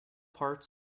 parts